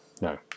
no